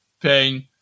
pain